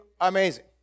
amazing